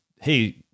hey